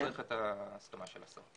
-- צריך את ההסכמה של השר.